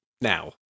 now